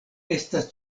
estas